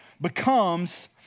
becomes